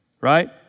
right